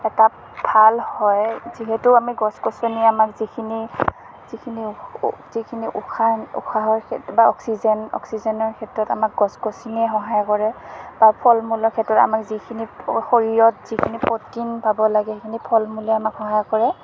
এটা ভাল হয় যিহেতু আমি গছ গছনিয়ে আমাক যিখিনি যিখিনি যিখিনি উশাহ উশাহৰ ক্ষেত্ৰত বা অক্সিজেন অক্সিজেনৰ ক্ষেত্ৰত গছ গছনিয়ে সহায় কৰে বা ফল মূলৰ ক্ষেত্ৰত আমাক যিখিনি শৰীৰত যিখিনি প্ৰটিন পাব লাগে সেইখিনি ফল মূলে আমাক সহায় কৰে